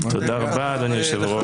תודה רבה, אדוני היושב-ראש.